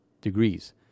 degrees